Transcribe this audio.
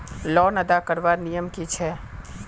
Loan अदा करवार नियम की छे?